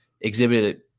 Exhibited